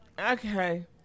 okay